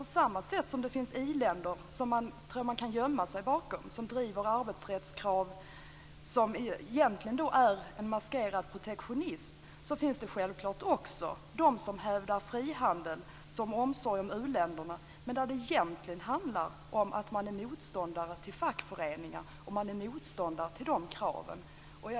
På samma sätt som det finns i-länder som gömmer sig bakom arbetsrättskrav som egentligen är en maskerad protektionism finns det självklart också de som hävdar att frihandel är omsorg om u-länderna. Där handlar det egentligen om att man är motståndare till kraven på fackföreningar.